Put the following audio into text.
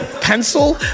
pencil